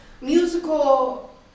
musical